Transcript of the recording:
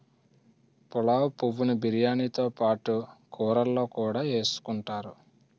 పులావు పువ్వు ను బిర్యానీతో పాటు కూరల్లో కూడా ఎసుకుంతారు